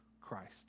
Christ